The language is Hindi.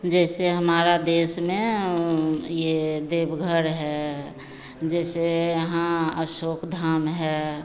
जैसे हमारे देश में यह देवघर है जैसे यहाँ अशोक धाम है